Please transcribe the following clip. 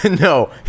No